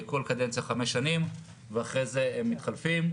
כל קדנציה חמש שנים, ואחרי זה הם מתחלפים.